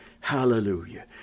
hallelujah